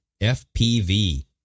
FPV